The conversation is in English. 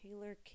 Taylor